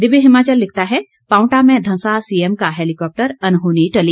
दिव्य हिमाचल लिखता है पांवटा में धंसा सीएम का हेलीकाप्टर अनहोनी टली